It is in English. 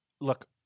look